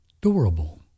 durable